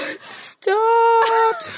stop